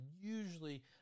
usually